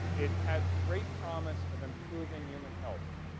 it had great promise of improving human health.